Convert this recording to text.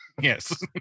Yes